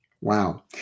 Wow